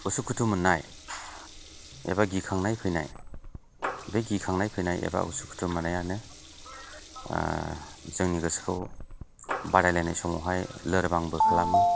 उसुखुथु मोननाय एबा गिखांनाय फैनाय बे गिखांनाय फैनाय एबा उसुखुथु मोननायानो जोंनि गोसोखौ बादायनायनि समावहाय लोरबांबो खालामो